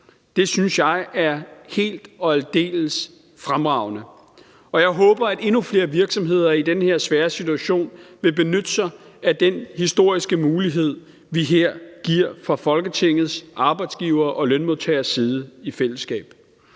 Det synes jeg er helt og aldeles fremragende. Og jeg håber, at endnu flere virksomheder i den her svære situation vil benytte sig af den historiske mulighed, vi her giver i fællesskab fra Folketingets, arbejdsgiveres og lønmodtageres side. Jeg